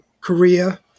korea